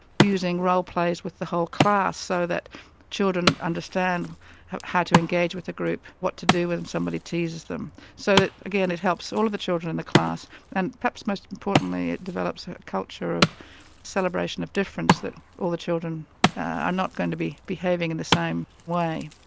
using role-plays with the whole class so that children understand how to engage with a group, what to do when and somebody teases them. so that again helps all of the children in the class and perhaps most importantly, it develops ah a culture of celebration of difference, that all the children are not going to be behaving in the same way.